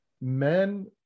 men